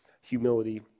humility